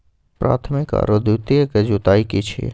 प्राथमिक आरो द्वितीयक जुताई की छिये?